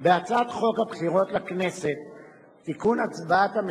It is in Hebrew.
בוועדת החוקה, חוק